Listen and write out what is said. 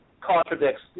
contradicts